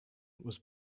was